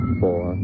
four